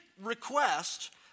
request